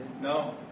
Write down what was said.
No